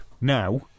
now